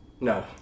No